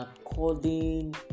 according